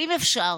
ואם אפשר,